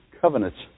covenants